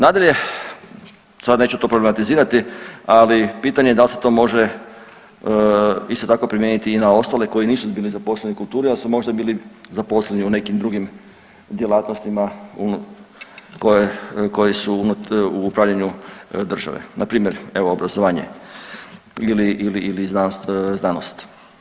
Nadalje, sad neću to problematizirati, ali pitanje je da li se to može isto tako primijeniti i na ostale koji nisu bili zaposleni u kulturi, ali su možda bili zaposleni u nekim drugim djelatnostima u, koje su u upravljanju države, npr. evo obrazovanje ili znanost.